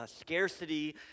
scarcity